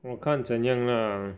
我看怎样 lah